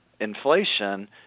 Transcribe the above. inflation